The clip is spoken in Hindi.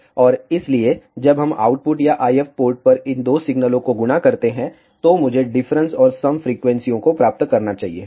और इसलिए जब हम आउटपुट या IF पोर्ट पर इन दो सिग्नलों को गुणा करते हैं तो मुझे डिफरेंस और सम फ्रीक्वेंसीयों को प्राप्त करना चाहिए